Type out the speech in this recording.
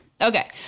Okay